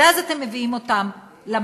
ואז אתם מביאים אותם למרכולים.